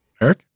eric